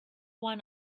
one